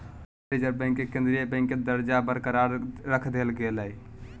भारतीय reserve bank के केंद्रीय बैंक के दर्जा बरकरार रख देल गेलय